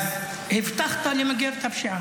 אז הבטחת למגר את הפשיעה.